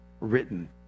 written